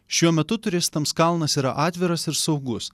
šiuo metu turistams kalnas yra atviras ir saugus